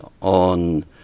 on